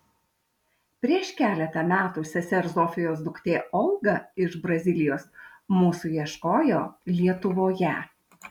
prieš keletą metų sesers zofijos duktė olga iš brazilijos mūsų ieškojo lietuvoje